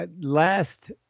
last